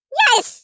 yes